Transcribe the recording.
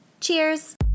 Cheers